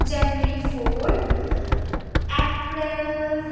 January four April